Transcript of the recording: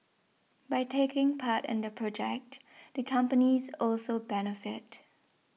by taking part in the project the companies also benefit